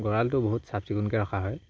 গঁৰালটো বহুত চাফ চিকুণকে ৰখা হয়